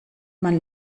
man